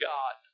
God